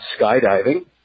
skydiving